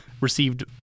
received